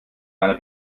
meiner